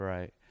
Right